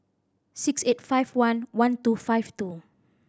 six eight five one one two five two